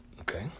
Okay